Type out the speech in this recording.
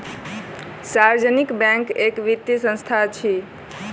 सार्वजनिक बैंक एक वित्तीय संस्थान अछि